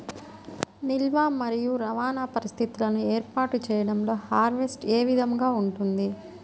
నిల్వ మరియు రవాణా పరిస్థితులను ఏర్పాటు చేయడంలో హార్వెస్ట్ ఏ విధముగా ఉంటుంది?